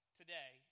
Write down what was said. today